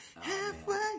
Halfway